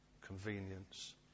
convenience